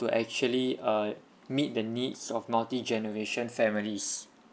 to actually uh meet the needs of multi generation families